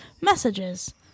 messages